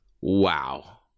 Wow